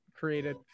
created